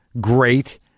great